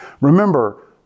Remember